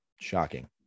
shocking